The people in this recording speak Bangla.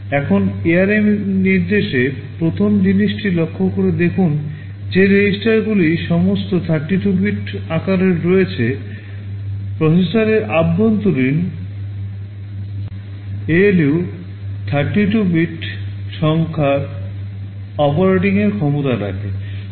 এখন ARM নির্দেশে প্রথম জিনিসটি লক্ষ্য করে দেখুন যে রেজিস্টারগুলি সমস্ত 32 bit আকারের রয়েছে প্রসেসরের অভ্যন্তরীণ ALU 32 bit সংখ্যায় অপারেটিংয়ের ক্ষমতা রাখে